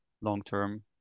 long-term